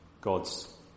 God's